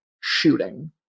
shooting